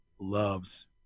loves